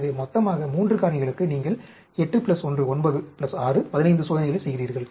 எனவே மொத்தமாக 3 காரணிகளுக்கு நீங்கள் 8 1 9 6 15 சோதனைகளை செய்கிறீர்கள்